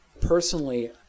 personally